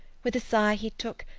with a sigh he took,